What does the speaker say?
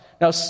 Now